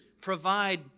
provide